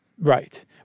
Right